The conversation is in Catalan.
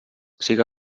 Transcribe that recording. siga